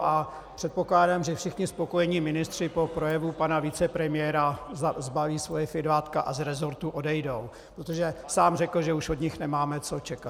A předpokládám, že všechny spokojení ministři po projevu pana vicepremiéra sbalí svoje fidlátka a z resortů odejdou, protože sám řekl, že už od nich nemáme co čekat.